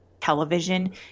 television